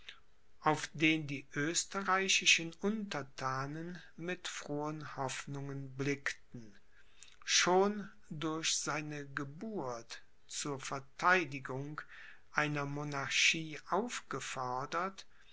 auf den die österreichischen unterthanen mit frohen hoffnungen blickten schon durch seine geburt zur vertheidigung einer monarchie aufgefordert